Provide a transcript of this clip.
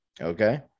Okay